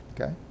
Okay